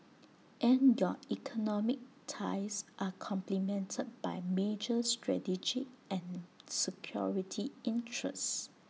and your economic ties are complemented by major strategic and security interests